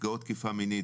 נפגעות תקיפה מינית,